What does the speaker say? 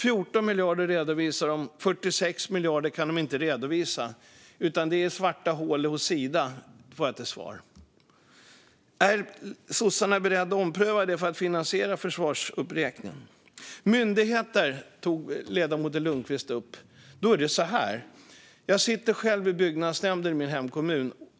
14 miljarder redovisar de, 46 miljarder kan de inte redovisa, utan det är svarta hål hos Sida, får jag till svar. Är sossarna beredda att ompröva det för att finansiera försvarsuppräkningen? Myndigheter tog ledamoten Lundqvist upp. Då är det så här: Jag sitter själv i byggnadsnämnden i min hemkommun.